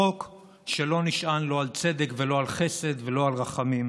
חוק שלא נשען לא על צדק ולא על חסד ולא על רחמים.